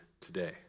today